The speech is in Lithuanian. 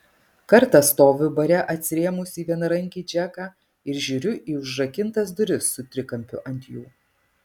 kartą stoviu bare atsirėmus į vienarankį džeką ir žiūriu į užrakintas duris su trikampiu ant jų